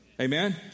Amen